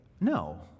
no